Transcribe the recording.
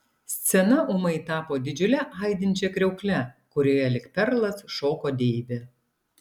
scena ūmai tapo didžiule aidinčia kriaukle kurioje lyg perlas šoko deivė